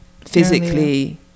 physically